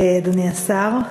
אדוני השר,